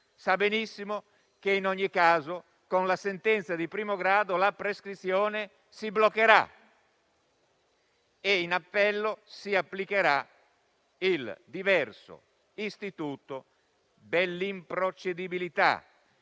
sa benissimo che in ogni caso con la sentenza di primo grado la prescrizione si bloccherà e in appello si applicherà il diverso istituto dell'improcedibilità,